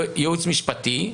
ייעוץ משפטי,